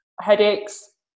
headaches